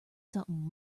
something